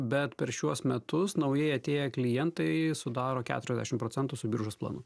bet per šiuos metus naujai atėję klientai sudaro keturiasdešim procentų su biržos planu